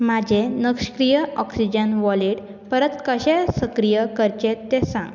म्हाजे नश्क्रीय oxygen wallet परत कशें सक्रीय करचेंच तें सांग